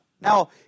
Now